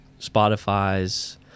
Spotify's